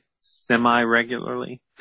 semi-regularly